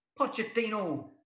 Pochettino